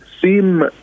seem